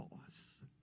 boss